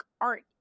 art